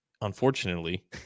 unfortunately